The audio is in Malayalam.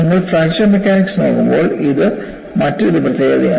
നിങ്ങൾ ഫ്രാക്ചർ മെക്കാനിക്സ് നോക്കുമ്പോൾ ഇത് മറ്റൊരു പ്രത്യേകതയാണ്